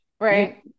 Right